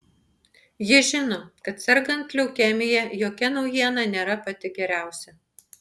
ji žino kad sergant leukemija jokia naujiena nėra pati geriausia